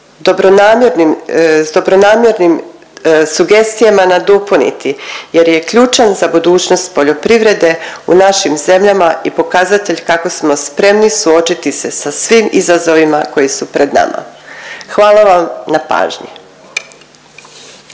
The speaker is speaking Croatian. s dobronamjernim sugestija nadopuniti jer je ključan za budućnost poljoprivrede u našim zemljama i pokazatelj kako smo spremni suočiti se sa svim izazovima koji su pred nama. Hvala vam na pažnji.